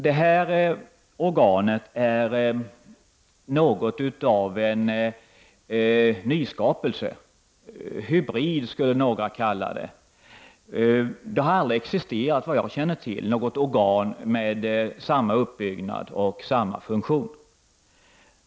Det här organet är något av en nyskapelse — hybrid skulle några kalla det. Såvitt jag vet har det aldrig tidigare existerat ett organ med samma uppbyggnad och samma funktion.